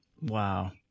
Wow